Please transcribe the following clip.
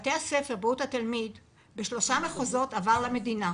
בריאות התלמיד בבתי הספר עבר בשלושה מחוזות עבר למדינה.